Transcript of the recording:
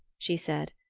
she said,